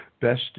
best